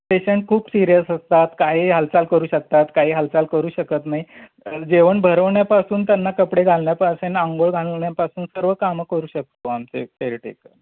patient खूप serious असतात काही हालचाल करू शकतात काही हालचाल करू शकत नाही जेवण भरवण्यापासून त्यांना कपडे घालण्यापासून आंघोळ घालण्यापासून सर्व कामं करू शकतो आमचे केअरटेकर